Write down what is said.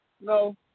No